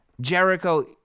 Jericho